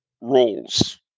roles